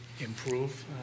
improve